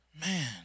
Man